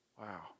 Wow